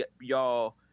y'all